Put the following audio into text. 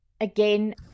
again